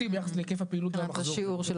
ביחס להיקף הפעילות של המחזור שהוא עושה.